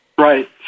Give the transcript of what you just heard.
Right